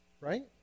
Right